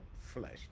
flesh